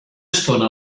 estona